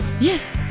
Yes